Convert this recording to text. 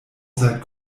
seit